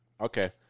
okay